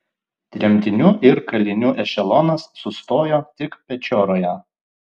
tremtinių ir kalinių ešelonas sustojo tik pečioroje